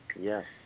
Yes